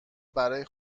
برای